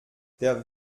der